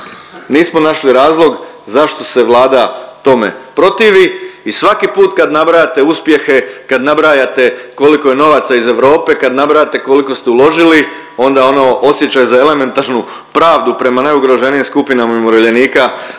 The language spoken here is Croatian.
Nismo našli razlog zašto se Vlada tome protivi i svaki put kad nabrajate uspjehe, kad nabrajate koliko je novaca iz Europe, kad nabrajate koliko ste uložili onda ono osjećaj za elementarnu pravdu prema najugroženijim skupinama umirovljenika